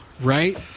right